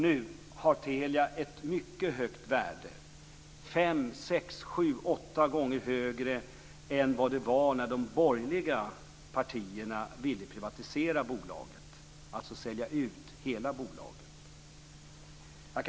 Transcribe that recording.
Nu har Telia ett mycket högt värde, fem sex sju åtta gånger högre än vad det var när de borgerliga partierna ville privatisera bolaget, alltså sälja ut hela bolaget.